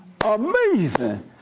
Amazing